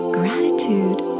gratitude